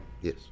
Yes